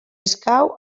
escau